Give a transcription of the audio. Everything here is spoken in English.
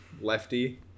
Lefty